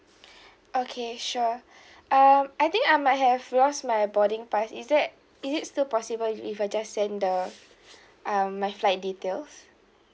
okay sure um I think I might have lost my boarding pass is that is it still possible if if I just send the um my flight details